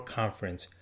conference